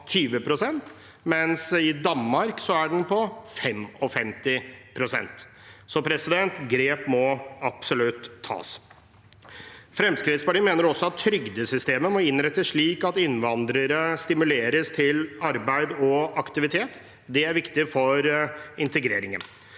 den i Danmark er på 55 pst. Så grep må absolutt tas. Fremskrittspartiet mener også at trygdesystemet må innrettes slik at innvandrere stimuleres til arbeid og aktivitet. Det er viktig for integreringen.